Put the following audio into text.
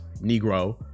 Negro